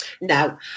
No